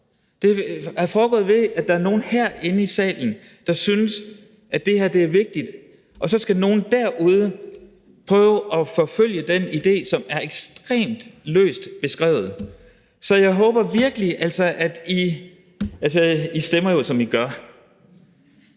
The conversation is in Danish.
Det er foregået ved, at der er nogen herinde i salen, der synes, at det her er vigtigt, og så skal nogle derude prøve at forfølge den idé, som er ekstremt løst beskrevet. Jeg kigger ned på Radikale, og jeg